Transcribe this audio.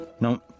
No